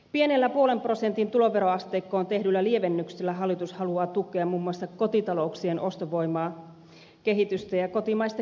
pienellä puolen prosentin tuloveroasteikkoon tehdyllä lievennyksellä hallitus haluaa tukea muun muassa kotitalouksien ostovoimaa kehitystä ja kotimaista kysyntää